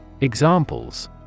Examples